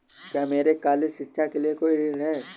क्या मेरे कॉलेज शिक्षा के लिए कोई ऋण है?